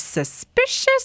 suspicious